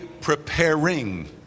preparing